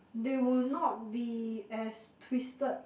they will not be as twisted